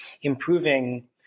improving